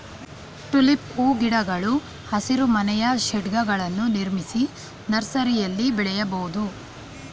tulip ಹೂಗಿಡಗಳು ಹಸಿರುಮನೆಯ ಶೇಡ್ಗಳನ್ನು ನಿರ್ಮಿಸಿ ನರ್ಸರಿಯಲ್ಲಿ ಬೆಳೆಯಬೋದು